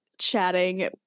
chatting